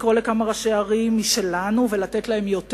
לקרוא לכמה ראשי ערים משלנו ולתת להם יותר,